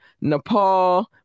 Nepal